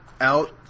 Out